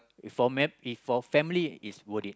for map if for family is worth it